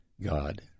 God